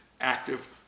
active